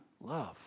love